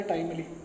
Timely